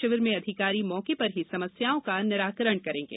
शिविर में अधिकारी मौके पर ही समस्याओं का निराकरण करेंगे